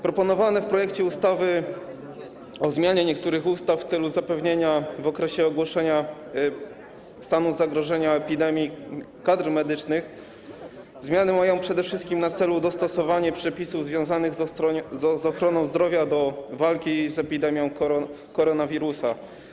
Proponowane w projekcie ustawy o zmianie niektórych ustaw w celu zapewnienia w okresie ogłoszenia stanu zagrożenia epidemicznego lub stanu epidemii kadr medycznych zmiany mają przede wszystkim na celu dostosowanie przepisów związanych z ochroną zdrowia do walki z epidemią koronawirusa.